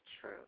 true